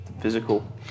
physical